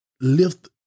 lift